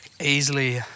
easily